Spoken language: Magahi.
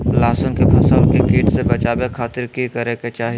लहसुन के फसल के कीट से बचावे खातिर की करे के चाही?